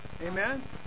Amen